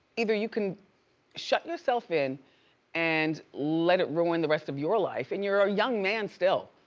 either you can shut yourself in and let it ruin the rest of your life, and you're a young man still,